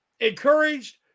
encouraged